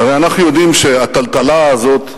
הרי אנחנו יודעים שהטלטלה הזאת,